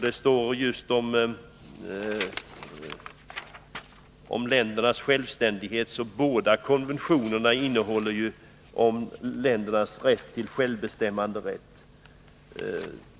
Det står om ländernas självständighet och rätt till självbestämmande.